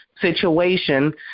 situation